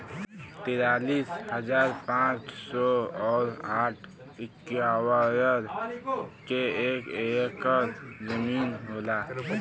तिरालिस हजार पांच सौ और साठ इस्क्वायर के एक ऐकर जमीन होला